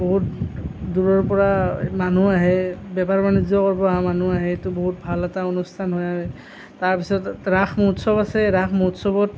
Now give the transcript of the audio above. বহুত দূৰৰ পৰা মানুহ আহে বেপাৰ বাণিজ্য কৰিবলৈ মানুহ আহে সেইটো বহুত ভাল এটা অনুষ্ঠান হয় আৰু তাৰ পিছত ৰাস মহোৎসৱ আছেই ৰাস মহোৎসৱত